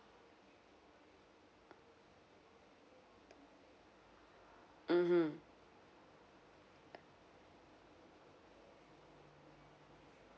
mmhmm